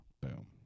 Boom